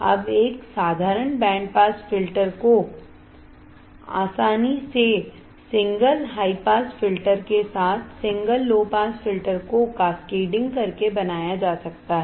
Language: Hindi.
अब एक साधारण बैंड पास फिल्टर को आसानी से सिंगल हाई पास फिल्टर के साथ सिंगल लो पास फिल्टर को कैस्केडिंग करके बनाया जा सकता है